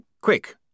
Quick